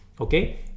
okay